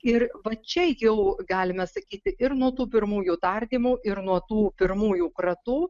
ir va čia jau galime sakyti ir nuo tų pirmųjų tardymų ir nuo tų pirmųjų kratų